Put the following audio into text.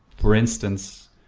for instance,